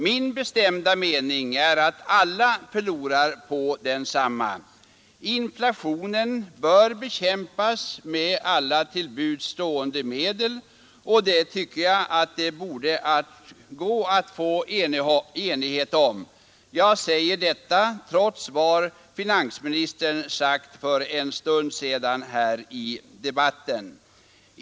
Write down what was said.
Min bestämda mening är att alla förlorar på densamma. Inflationen bör bekämpas med alla till buds stående medel, och det tycker jag att det borde gå att få enighet om. Jag säger detta trots vad finansministern sagt för en stund sedan här i debatten.